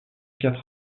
quatre